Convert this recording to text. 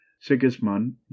Sigismund